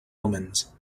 omens